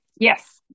Yes